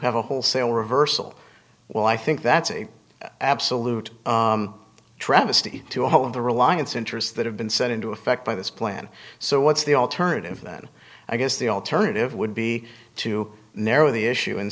have a wholesale reversal well i think that's a absolute travesty to hold the reliance interests that have been sent into effect by this plan so what's the alternative that i guess the alternative would be to know the issue and